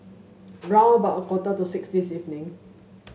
round about a quarter to six this evening